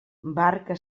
barca